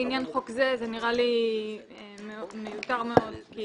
"לעניין חוק זה" זה נראה לי מיותר מאוד כי